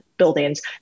buildings